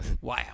Wow